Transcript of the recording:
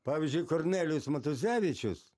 pavyzdžiui kornelijus matuzevičius